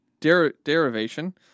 derivation